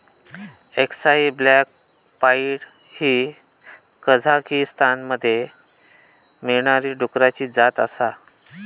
अक्साई black pied ही कझाकीस्तानमध्ये मिळणारी डुकराची जात आसा